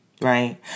right